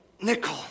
nickel